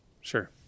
Sure